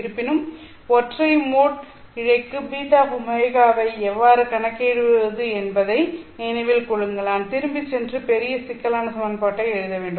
இருப்பினும் ஒற்றை மோட் இழைக்கு βω ஐ எவ்வாறு கணக்கிடுவது என்பதை நினைவில் கொள்ளுங்கள் நான் திரும்பிச் சென்று பெரிய சிக்கலான சமன்பாட்டை எழுத வேண்டும்